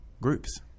Groups